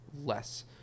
less